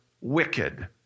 wicked